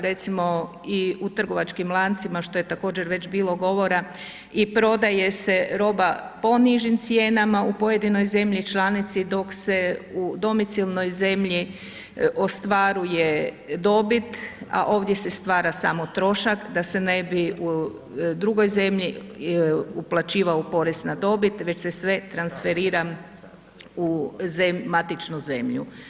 Recimo, u trgovačkim lancima što je također već bilo govora i prodaje se roba po nižim cijenama u pojedinoj zemlji članici dok se u domicilnoj zemlji ostvaruje dobit, a ovdje se stvara samo trošak da se ne bi u drugoj zemlji uplaćivao porez na dobit već se sve transferira u matičnu zemlju.